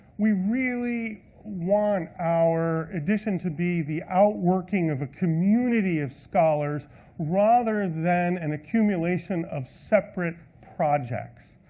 we really want our edition to be the outworking of a community of scholars rather than an accumulation of separate projects.